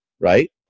right